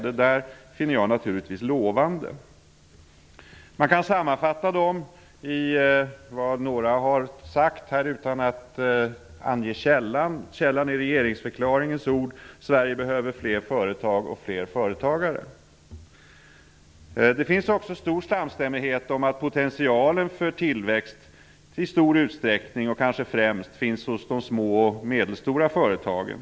Det finner jag naturligtvis lovande. Man kan sammanfatta det i vad några här har sagt utan att ange källan. Källan är regeringsförklaringens ord: Sverige behöver fler företag och fler företagare. Det finns också stor samstämmighet om att potentialen för tillväxt i stor utsträckning och kanske främst finns hos de små och medelstora företagen.